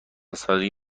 سالگی